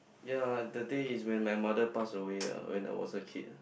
yea the day is when my mother passed away ah when I was a kid